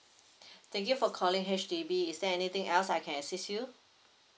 thank you for calling H_D_B is there anything else I can assist you